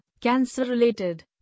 cancer-related